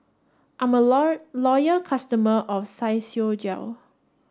I'm a loyal customer of Physiogel